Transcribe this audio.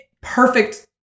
perfect